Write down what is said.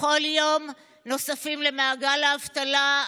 בכל יום נוספים למעגל האבטלה,